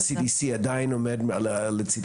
ו- CDC עדיין עומד לצידכם,